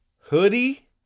Hoodie